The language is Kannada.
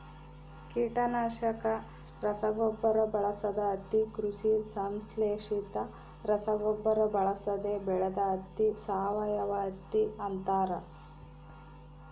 ಕೀಟನಾಶಕ ರಸಗೊಬ್ಬರ ಬಳಸದ ಹತ್ತಿ ಕೃಷಿ ಸಂಶ್ಲೇಷಿತ ರಸಗೊಬ್ಬರ ಬಳಸದೆ ಬೆಳೆದ ಹತ್ತಿ ಸಾವಯವಹತ್ತಿ ಅಂತಾರ